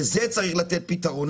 לזה צריך לתת פתרון,